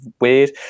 weird